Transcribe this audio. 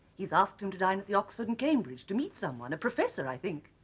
he's asked him to dine at the oxford and cambridge to meet someone a professor i think.